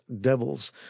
Devils